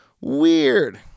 weird